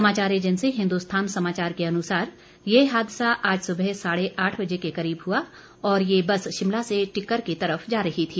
समाचार एजेंसी हिन्दुस्थान समाचार के अनुसार यह हादसा आज सुबह साढे आठ बजे के करीब हुआ और यह बस शिमला से टिक्कर की तरफ जा रही थी